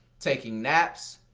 taking naps,